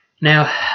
now